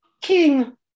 King